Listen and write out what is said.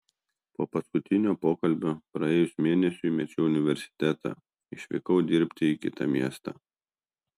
po paskutinio pokalbio praėjus mėnesiui mečiau universitetą išvykau dirbti į kitą miestą